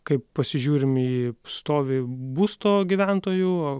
kai pasižiūrim į stovį būsto gyventojų